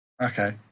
okay